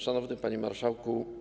Szanowny Panie Marszałku!